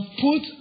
put